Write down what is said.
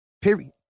period